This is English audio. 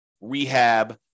rehab